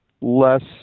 less